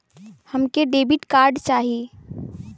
हमके debit card चाही?